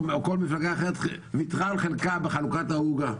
כל מפלגה אחרת ויתרה על חלקה בחלוקת העוגה.